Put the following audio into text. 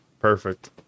Perfect